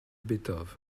beethoven